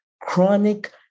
chronic